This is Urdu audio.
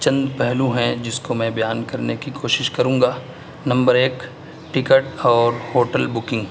چند پہلو ہیں جس کو میں بیان کرنے کی کوشش کروں گا نمبر ایک ٹکٹ اور ہوٹل بکنگ